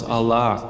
Allah